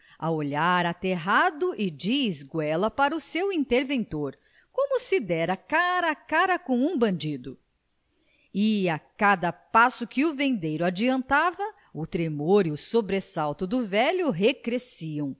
a olhar aterrado e de esguelha para o seu interventor como se dera cara a cara com um bandido e a cada passo que o vendeiro adiantava o tremor e o sobressalto do velho recresciam